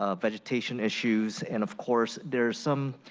ah vegetation issues, and, of course, there's some,